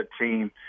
team